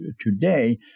today